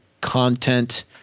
content